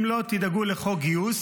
אם לא תדאגו לחוק גיוס,